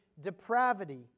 depravity